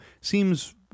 seems